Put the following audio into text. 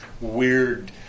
weird